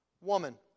Woman